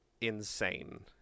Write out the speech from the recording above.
insane